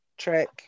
trick